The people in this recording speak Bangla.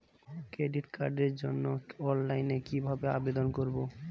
ক্রেডিট কার্ডের জন্য অফলাইনে কিভাবে আবেদন করব?